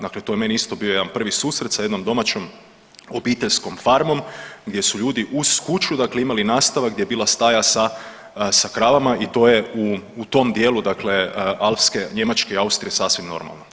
Dakle, to je meni isto bio jedan prvi susret sa jednom domaćom obiteljskom farmom gdje su ljudi uz kuću, dakle imali nastan gdje je bila staja sa kravama i to je u tom dijelu, dakle Njemačke i Austrije sasvim normalno.